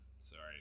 sorry